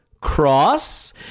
Cross